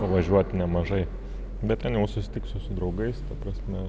nuvažiuot nemažai bet ten jau susitiksiu su draugais ta prasme